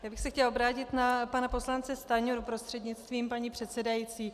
Já bych se chtěla obrátit na pana poslance Stanjuru prostřednictvím paní předsedající.